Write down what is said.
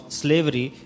slavery